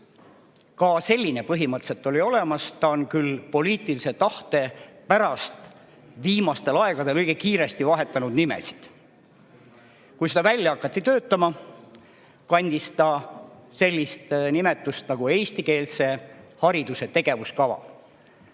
Ka selline põhimõtteliselt oli olemas, ta on küll poliitilise tahte pärast viimastel aegadel õige kiiresti nimesid vahetanud. Kui seda hakati välja töötama, kandis ta sellist nimetust nagu "Eestikeelse hariduse tegevuskava".